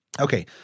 Okay